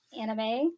anime